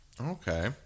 Okay